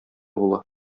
була